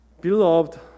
Beloved